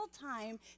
time